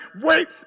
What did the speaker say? Wait